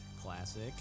Classic